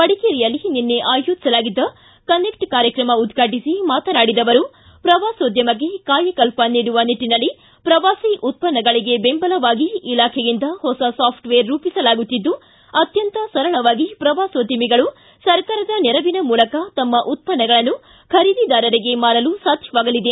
ಮಡಿಕೇರಿಯಲ್ಲಿ ನಿನ್ನೆ ಆಯೋಜಿಸಲಾಗಿದ್ದ ಕನೆಕ್ಟ್ ಕಾರ್ಯತ್ರಮ ಉದ್ಘಾಟಿಸಿ ಮಾತನಾಡಿದ ಅವರು ಪ್ರವಾಸೋದ್ಯಮಕ್ಕೆ ಕಾಯಕಲ್ಪ ನೀಡುವ ನಿಟ್ಟಿನಲ್ಲಿ ಪ್ರವಾಸಿ ಉತ್ಪನ್ನಗಳಿಗೆ ಬೆಂಬಲವಾಗಿ ಇಲಾಖೆಯಿಂದ ಹೊಸ ಸಾಫ್ಟವೇರ್ ರೂಪಿಸಲಾಗುತ್ತಿದ್ದು ಅತ್ಯಂತ ಸರಳವಾಗಿ ಪ್ರವಾಸೋದ್ಯಮಿಗಳು ಸರ್ಕಾರದ ನೆರವಿನ ಮೂಲಕ ತಮ್ಮ ಉತ್ಪನ್ನಗಳನ್ನು ಖರೀದಿದಾರರಿಗೆ ಮಾರಲು ಸಾಧ್ಯವಾಗಲಿದೆ